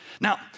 Now